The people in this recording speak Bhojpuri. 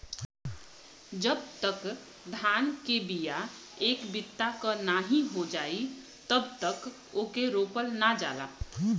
जब तक धान के बिया एक बित्ता क नाहीं हो जाई तब तक ओके रोपल ना जाला